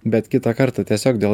bet kitą kartą tiesiog dėl